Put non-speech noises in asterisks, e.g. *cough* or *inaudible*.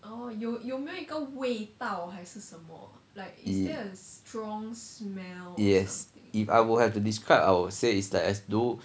*noise* yes if I will have to describe I'll say is like as though